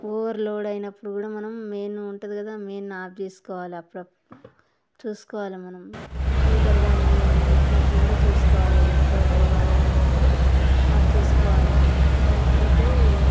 over load అయినప్పుడు కూడా మనం మెయిన్ ఉంటుంది కదా మెయిన్ని ఆఫ్ చేసుకోవాలి అప్పుడప్పుడు చూసుకోవాలి మనం హీటరు కానీ ఏమయినా పెట్టినప్పుడు కూడా చూసుకోవాలి ఎక్కువ ఓవర్ అయ్యిందనుకో ఆఫ్ చేసుకోవాలే లేకపోతే